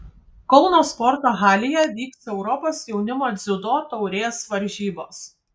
kauno sporto halėje vyks europos jaunimo dziudo taurės varžybos